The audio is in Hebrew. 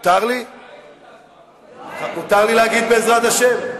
מותר לי להגיד בעזרת השם?